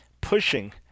pushing